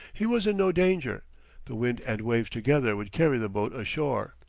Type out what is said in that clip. he was in no danger the wind and waves together would carry the boat ashore.